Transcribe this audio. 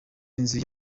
inzu